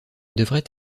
devrait